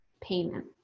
payment